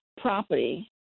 property